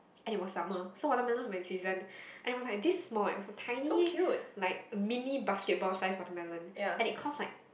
and it was summer so watermelons were in season and it was like this small eh it was a tiny like mini basketball sized watermelon and it costs like